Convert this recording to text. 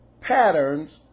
patterns